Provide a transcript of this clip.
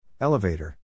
Elevator